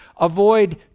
avoid